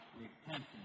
repentance